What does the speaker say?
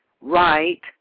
right